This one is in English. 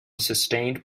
sustained